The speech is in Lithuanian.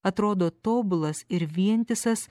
atrodo tobulas ir vientisas